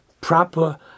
proper